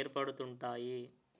ఏర్పడుతుంటాయి